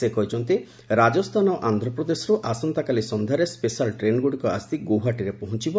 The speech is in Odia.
ସେ କହିଛନ୍ତି ରାଜସ୍ଥାନ ଓ ଆନ୍ଧ୍ରପ୍ରଦେଶରୁ ଆସନ୍ତାକାଲି ସନ୍ଧ୍ୟାରେ ସ୍କେଶାଲ୍ ଟ୍ରେନ୍ଗୁଡ଼ିକ ଆସି ଗୌହାଟୀରେ ପହଞ୍ଚବ